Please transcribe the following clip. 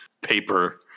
paper